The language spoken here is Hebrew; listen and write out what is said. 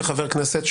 חבר הכנסת.